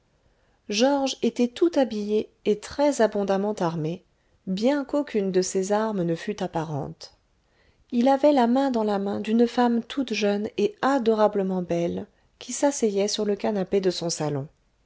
georges était tout habillé et très abondamment armé bien qu'aucune de ses armes ne fût apparente il avait la main dans la main d'une femme toute jeune et adorablement belle qui s'asseyait sur le canapé de son salon